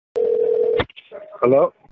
Hello